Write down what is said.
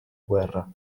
guerra